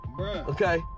Okay